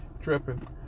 tripping